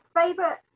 favorite